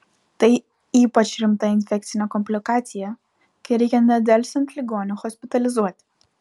tai ypač rimta infekcinė komplikacija kai reikia nedelsiant ligonį hospitalizuoti